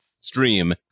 stream